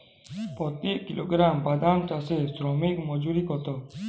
প্রতি কিলোগ্রাম বাদাম চাষে শ্রমিক মজুরি কত?